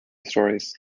stories